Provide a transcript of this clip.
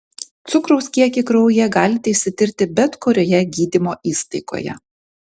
cukraus kiekį kraujyje galite išsitirti bet kurioje gydymo įstaigoje